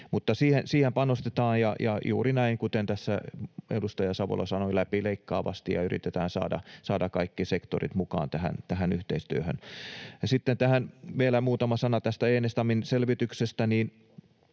siihen panostetaan ja juuri näin — kuten tässä edustaja Savola sanoi — läpileikkaavasti, ja yritetään saada kaikki sektorit mukaan tähän yhteistyöhön. Ja sitten vielä muutama sana tästä Enestamin selvityksestä.